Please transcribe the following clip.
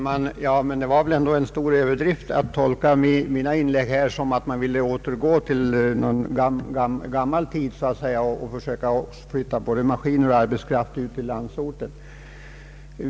Herr talman! Det var väl ändå en stor överdrift att tolka mina inlägg som en önskan att återgå till den gamla tiden och försöka flytta både maskiner och arbetskraft till landsorten.